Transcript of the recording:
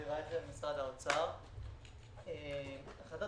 הייתה החלטת